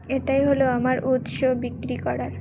এটাই হলো আমার উৎস বিক্রি করার